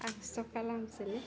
आं सह खालामसै